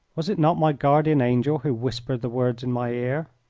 was it not my guardian angel who whispered the words in my ear?